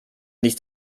nicht